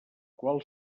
qual